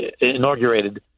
inaugurated